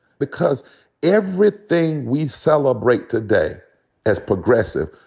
because everything we celebrate today as progressive,